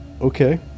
Okay